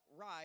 right